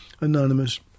Anonymous